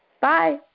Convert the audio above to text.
Bye